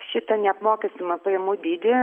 šitą neapmokestinamą pajamų dydį